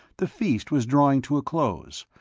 the feast was drawing to a close,